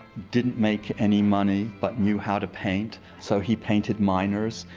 didn't make any money, but knew how to paint, so he painted miners.